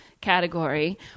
category